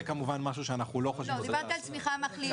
זה כמובן משהו שאנחנו לא חושבים שצריך לעשות.